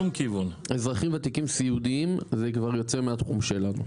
אזרחים ותיקים סיעודיים זה כבר יוצא מהתחום שלי.